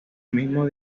mismo